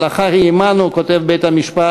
"הלכה היא עמנו", כותב בית-המשפט,